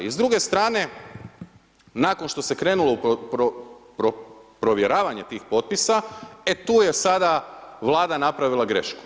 I s druge strane nakon što se krenulo u provjeravanje tih potpisa e tu je sada Vlada napravila grešku.